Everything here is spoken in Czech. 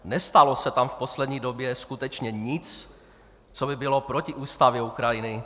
Nestalo se tam v poslední době skutečně nic, co by bylo proti ústavě Ukrajiny?